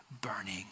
burning